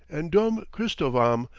and dom christovam,